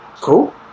Cool